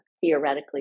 theoretically